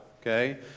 okay